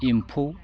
एम्फौ